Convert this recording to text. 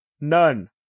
none